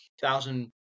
thousand